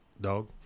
dog